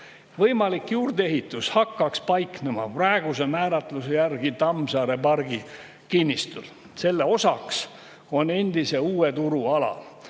Võimalik juurdeehitus hakkaks paiknema praeguse määratluse järgi Tammsaare pargi kinnistul, selle osa on endise Uue turu ala.